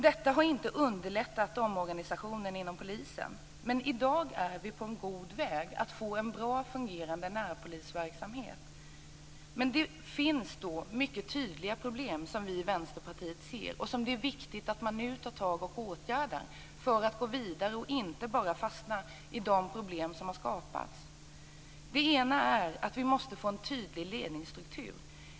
Detta har inte underlättat omorganisationen inom polisen. Men i dag är vi på god väg att få en väl fungerande närpolisverksamhet. Det finns dock mycket tydliga problem som vi i Vänsterpartiet ser, och som det är viktigt att man nu tar tag i och åtgärdar för att gå vidare och inte bara fastna i de problem som har skapats. Vi måste få en tydlig ledningsstruktur.